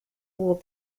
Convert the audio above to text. wore